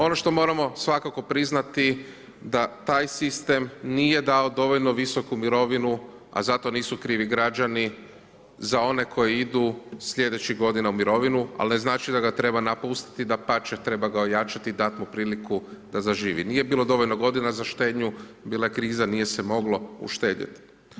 Ono što moramo svakako priznati da taj sistem nije dao dovoljno visoku mirovinu a zato nisu krivi građani za one koji idu slijedećih godina u mirovinu ali ne znači da ga treba napustiti, dapače, treba ga ojačati, dat mu priliku da zaživi, nije bilo dovoljno godina za štednju, bila je kriza nije se moglo uštedjeti.